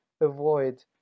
avoid